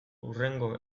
hurrengo